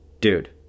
dude